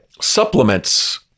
Supplements